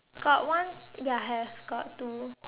got one ya have got two